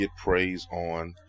getpraiseon